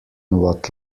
what